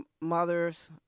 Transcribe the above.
mother's